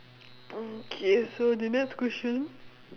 uh K so the next question